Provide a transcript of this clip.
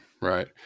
right